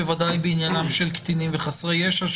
בוודאי בעניינם של קטינים וחסרי ישע,